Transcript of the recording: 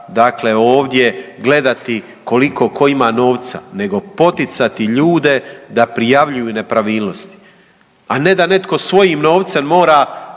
dakle ovdje gledati koliko tko ima novca, nego poticati ljude da prijavljuju nepravilnosti, a ne da netko svojim novcem mora